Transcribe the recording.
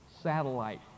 satellite